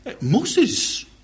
Moses